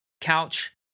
couch